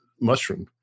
mushroom